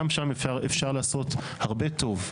גם שם אפשר לעשות הרבה טוב.